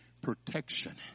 protection